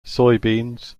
soybeans